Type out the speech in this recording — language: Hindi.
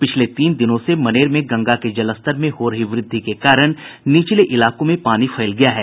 पिछले तीन दिनों से मनेर में गंगा के जलस्तर में हो रही वृद्धि के कारण निचले इलाकों में पानी फैल गया है